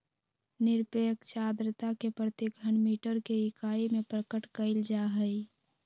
निरपेक्ष आर्द्रता के प्रति घन मीटर के इकाई में प्रकट कइल जाहई